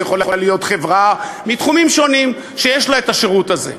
זו יכולה להיות חברה מתחומים שונים שיש לה השירות הזה.